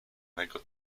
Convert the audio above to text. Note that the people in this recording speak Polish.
mego